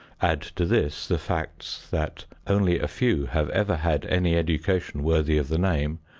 add to this the facts that only a few have ever had any education worthy of the name,